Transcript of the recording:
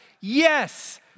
yes